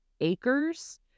acres